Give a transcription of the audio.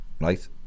Right